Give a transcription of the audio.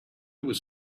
was